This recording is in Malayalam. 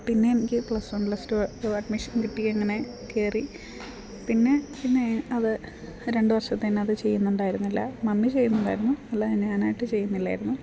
പിന്നെ എനിക്ക് plus one plus two two admission കിട്ടി അങ്ങനെ കയറി പിന്നെ പിന്നെ അത് രണ്ട് വർഷത്തേനത് ചെയ്യുന്നുണ്ടായിരുന്നില്ല മമ്മി ചെയ്യുന്നുണ്ടായിരുന്നു അല്ലാതെ ഞാനായിട്ട് ചെയ്യുന്നില്ലായിരുന്നു